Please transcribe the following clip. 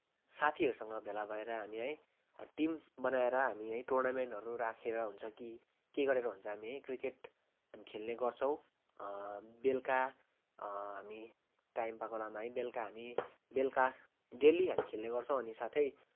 साथीहरूसँग भेला भएर हामी है टिम बनाएर हामी है टुर्नामेन्टहरू राखेर हुन्छ कि के गरेर हुन्छ हामी है क्रिकेट हामी खेल्ने गर्छौँ बेलुका हामी टाइम पाएको बेलामा है बेलुका हामी बेलुका डेली हामी खेल्ने गर्छौँ अनि साथै